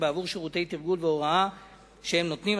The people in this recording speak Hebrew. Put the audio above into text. בעבור שירותי תרגול והוראה שהם נותנים,